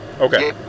Okay